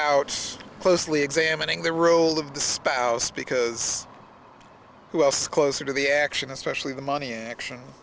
out closely examining the role of the spouse because who else is closer to the action especially the money and action